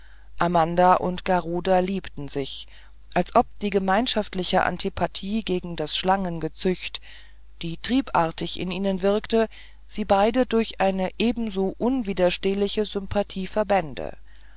amanda und garuda liebten sich als ob die gemeinschaftliche antipathie gegen das schlangengezücht die triebartig in ihnen wirkte sie beide durch eine ebenso unwiderstehliche sympathie verbände